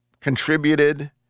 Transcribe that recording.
contributed